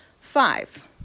Five